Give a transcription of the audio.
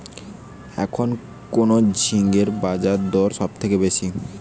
এখন কোন ঝিঙ্গের বাজারদর সবথেকে বেশি?